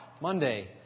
Monday